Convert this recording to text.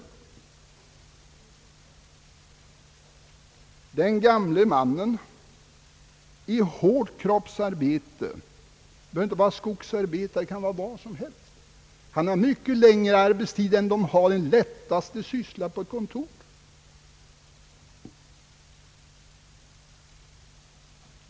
Den gamle mannen i hårt kroppsarbete — han behöver inte vara skogsarbetare, han kan vara vad som helst — har mycket längre arbetstid än den som har den lättaste syssla på ett kontor.